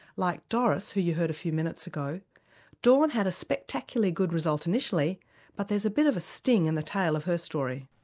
like doris who you heard a few minutes ago dawn had a spectacularly good result initially but there's a bit of a sting in the tail of her story.